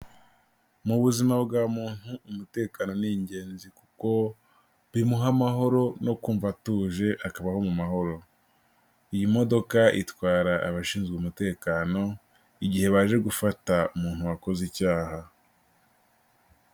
Mu buzima bwa muntu umutekano ni ingenzi kuko bimuha amahoro no kumva atuje akabaho mu mahoro, iyi modoka itwara abashinzwe umutekano igihe baje gufata umuntu wakoze icyaha.